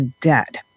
debt